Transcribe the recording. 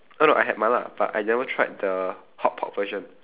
uh no I had mala but I've never tried the hotpot version